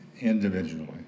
individually